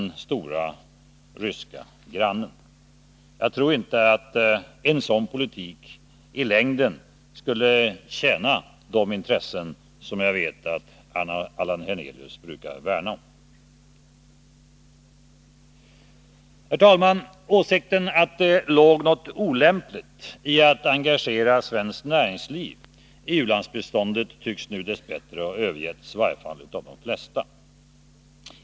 En sådan politik tror jag inte i längden skulle tjäna de intressen som jag vet att ; p - Jag 6 8 I jag Internationellt Allan Hernelius brukar värna. a 7 é ER utvecklingssamar Herr talman! Åsikten att det ligger något olämpligt i att engagera svenskt betesm. Jå näringsliv i u-landsbiståndet tycks nu dess bättre ha övergivits av de flesta.